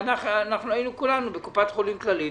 אנחנו היינו כולנו בקופת חולים כללית,